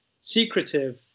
secretive